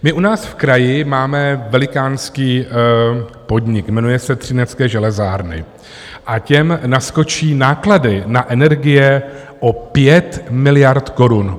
My u nás v kraji máme velikánský podnik, jmenuje se Třinecké železárny a těm naskočí náklady na energie o 5 miliard korun.